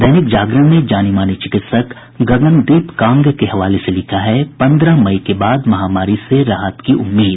दैनिक जागरण ने जानी मानी चिकित्सक गगनदीप कांग के हवाले से लिखा है पन्द्रह मई के बाद महामारी से राहत की उम्मीद